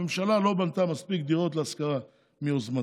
הממשלה לא בנתה מספיק דירות להשכרה מיוזמתה,